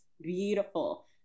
beautiful